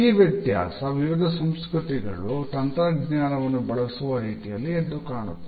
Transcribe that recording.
ಈ ವ್ಯತ್ಯಾಸ ವಿವಿಧ ಸಂಸ್ಕೃತಿಗಳು ತಂತ್ರಜ್ಞಾನವನ್ನು ಬಳಸುವ ರೀತಿಯಲ್ಲಿ ಎದ್ದು ಕಾಣುತ್ತದೆ